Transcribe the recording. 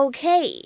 Okay